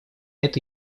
это